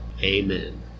amen